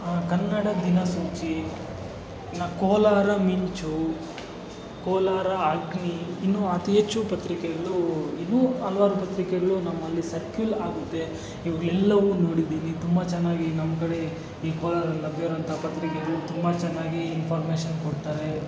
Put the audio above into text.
ಕನ್ನಡ ದಿನ ಸೂಚಿ ಕೋಲಾರ ಮಿಂಚು ಕೋಲಾರ ಅಗ್ನಿ ಇನ್ನು ಅತಿ ಹೆಚ್ಚು ಪತ್ರಿಕೆಗಳು ಇನ್ನು ಹಲವಾರು ಪತ್ರಿಕೆಗಳು ನಮ್ಮಲ್ಲಿ ಸರ್ಕ್ಯೂಲ್ ಆಗುತ್ತೆ ಇವುಗಳೆಲ್ಲವು ನೋಡಿದ್ದೀನಿ ತುಂಬ ಚೆನ್ನಾಗಿ ನಮ್ಮ ಕಡೆ ಈ ಕೋಲಾರದ ಲಭ್ಯವಿರುವಂಥ ಪತ್ರಿಕೆಗಳು ತುಂಬ ಚೆನ್ನಾಗಿ ಇನ್ಫಾರ್ಮೇಶನ್ ಕೊಡ್ತಾರೆ